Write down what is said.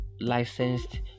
licensed